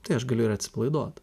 tai aš galiu ir atsipalaiduot